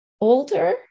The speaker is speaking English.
Older